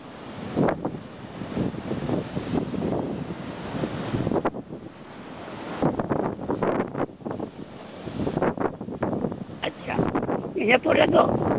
ᱟᱪᱪᱷᱟ ᱤᱱᱟᱹ ᱯᱚᱨᱮ ᱫᱚ